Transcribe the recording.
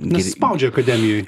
nes spaudžia akademijoj